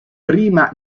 prima